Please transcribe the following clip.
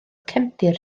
cefndir